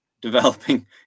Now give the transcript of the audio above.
developing